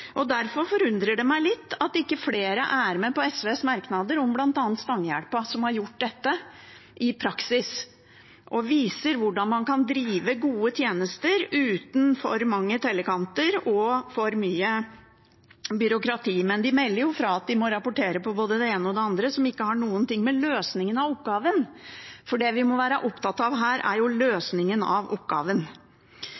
Derfor forundrer det meg litt at ikke flere er med på SVs merknader om bl.a. Stangehjelpa, som har gjort dette i praksis og viser hvordan man kan drive gode tjenester uten for mange tellekanter og for mye byråkrati. Men de melder fra om at de må rapportere på både det ene og det andre som ikke har noen ting å gjøre med løsningen av oppgaven. Det vi må være opptatt av her, er jo